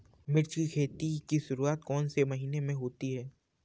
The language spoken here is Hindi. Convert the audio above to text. मिर्च की खेती की शुरूआत कौन से महीने में होती है?